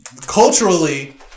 culturally